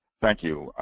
thank you.